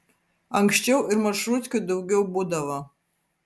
anksčiau ir maršrutkių daugiau būdavo